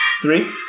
Three